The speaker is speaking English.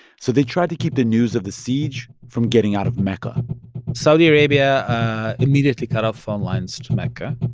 so they tried to keep the news of the siege from getting out of mecca saudi arabia immediately cut off phone lines to mecca.